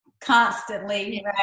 constantly